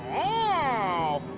oh,